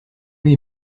lui